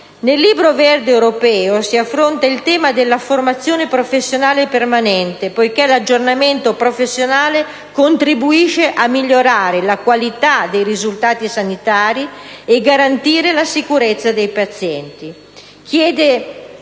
Nel libro verde europeo si affronta il tema della formazione professionale permanente, poiché l'aggiornamento professionale contribuisce a migliorare la qualità dei risultati sanitari e garantire la sicurezza dei pazienti.